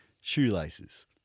Shoelaces